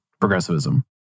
progressivism